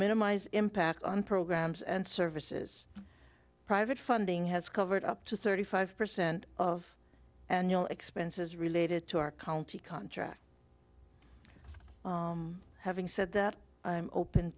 minimize impact on programs and services private funding has covered up to thirty five percent of annual expenses related to our county contract having said that i'm open